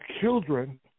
children